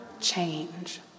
change